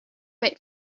make